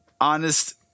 honest